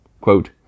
Quote